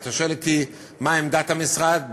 אתה שואל אותי מה עמדת המשרד,